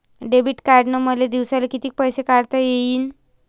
Debit कार्डनं मले दिवसाले कितीक पैसे काढता येईन?